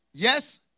Yes